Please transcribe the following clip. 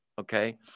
Okay